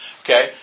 Okay